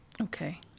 Okay